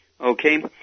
Okay